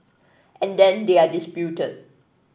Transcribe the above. and then they are disputed